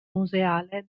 museale